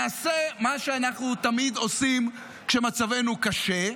נעשה מה שאנחנו תמיד עושים כשמצבנו קשה,